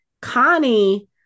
Connie